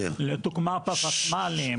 לדוגמה ב-ותמ"לים,